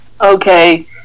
okay